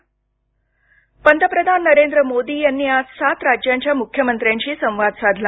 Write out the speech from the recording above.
पंतप्रधान पंतप्रधान नरेंद्र मोदी यांनी आज सात राज्यांच्या मुख्यमंत्र्यांशी संवाद साधला